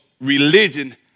religion